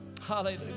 Hallelujah